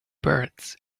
birds